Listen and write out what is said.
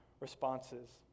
Responses